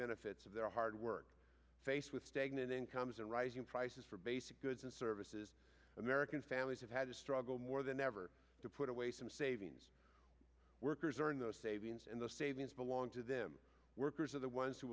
benefits of their hard work faced with stagnant incomes and rising prices for basic goods and services american families have had to struggle more than ever to put away some savings workers earn those savings and the statements belong to them workers are the ones who